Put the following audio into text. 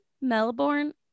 Melbourne